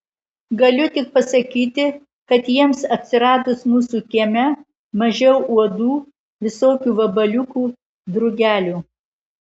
galiu tik pasakyti kad jiems atsiradus mūsų kieme mažiau uodų visokių vabaliukų drugelių